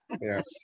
Yes